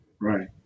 Right